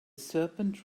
serpent